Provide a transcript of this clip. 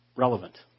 relevant